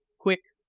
quick,